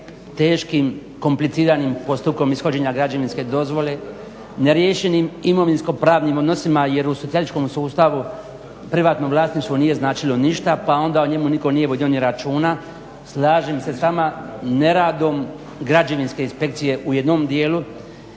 teškim kompliciranim postupkom ishođenja građevinske dozvole, neriješenim imovinsko-pravnim odnosima jer u socijalističkom sustavu privatno vlasništvo nije značilo ništa pa onda o njemu nitko nije vodio ni računa. Slažem se s vama, neradom građevinske inspekcije u jednom dijelu